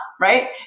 right